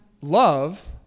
Love